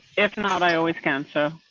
if not i always can, so